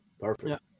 perfect